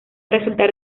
resultar